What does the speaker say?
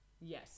Yes